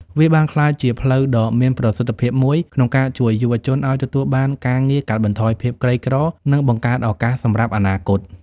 វាបានក្លាយជាផ្លូវដ៏មានប្រសិទ្ធភាពមួយក្នុងការជួយយុវជនឱ្យទទួលបានការងារ កាត់បន្ថយភាពក្រីក្រ និងបង្កើតឱកាសសម្រាប់អនាគត។